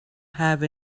have